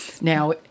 Now